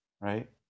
right